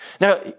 Now